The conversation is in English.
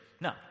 No